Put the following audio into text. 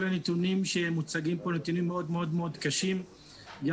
הנתונים שמוצגים פה הם נתונים מאוד קשים גם